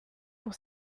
pour